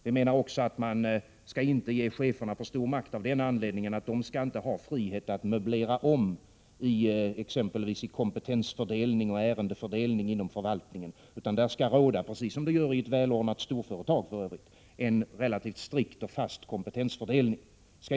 Vi menar också att man inte skall ge cheferna för stor makt, av den anledningen att de inte bör ha frihet att möblera om i exempelvis kompetensfördelning och ärendefördelning inom förvaltningen, utan där skall, precis som i ett välordnat storföretag, råda en relativt strikt och fast kompetensfördelning.